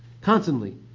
constantly